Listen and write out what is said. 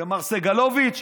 ומר סגלוביץ',